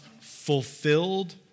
fulfilled